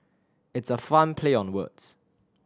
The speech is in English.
it's a fun play on words